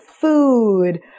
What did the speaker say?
food